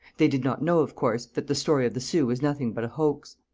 they did not know, of course, that the story of the sioux was nothing but a hoax.